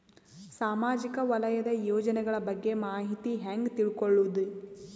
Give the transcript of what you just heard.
ಸಾಮಾಜಿಕ ವಲಯದ ಯೋಜನೆಗಳ ಬಗ್ಗೆ ಮಾಹಿತಿ ಹ್ಯಾಂಗ ತಿಳ್ಕೊಳ್ಳುದು?